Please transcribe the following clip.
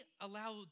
allow